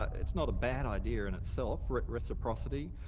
it's not a bad idea in itself, reciprocity,